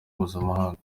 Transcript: mpuzamahanga